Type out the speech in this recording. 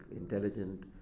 intelligent